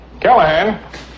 Callahan